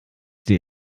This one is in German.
die